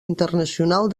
internacional